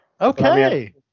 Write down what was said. Okay